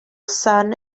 sun